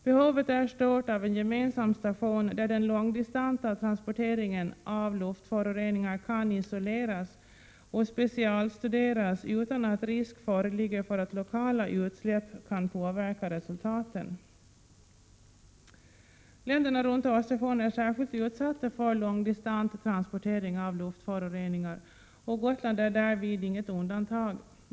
Behovet är stort av en gemensam station där den långdistanta transporteringen av luftföroreningar kan isoleras och specialstuderas utan att risk föreligger för att lokala utsläpp kan påverka resultaten. Länderna runt Östersjön är särskilt utsatta för långdistant transportering av luftföroreningar. Gotland är därvid inget undantag.